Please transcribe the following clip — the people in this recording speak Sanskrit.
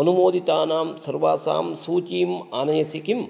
अनुमोदितानां सर्वासाम् सूचीम् आनयसि किम्